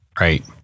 Right